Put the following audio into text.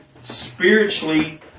spiritually